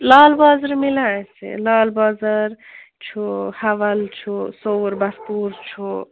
لال بازرٕ مِلیٛا اَسہِ لال بازَر چھُ حوَل چھُ صوُر بَژھپوٗر چھُ